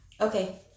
Okay